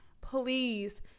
Please